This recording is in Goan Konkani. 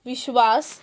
विश्वास